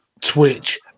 twitch